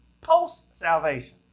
post-salvation